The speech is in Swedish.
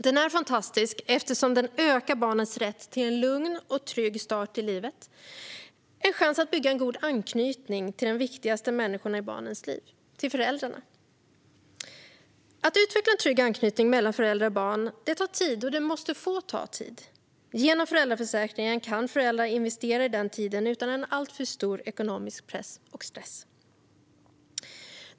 Den är fantastisk eftersom den ökar barnens rätt till en lugn och trygg start i livet och innebär en chans att bygga en god anknytning till de viktigaste människorna i barnets liv, nämligen föräldrarna. Att utveckla en trygg anknytning mellan förälder och barn tar tid och måste få ta tid. Genom föräldraförsäkringen kan föräldrar investera den tiden utan en alltför stor ekonomisk press och stress.